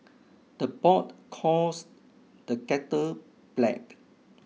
the pot calls the kettle black